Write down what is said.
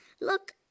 Look